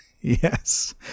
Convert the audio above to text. Yes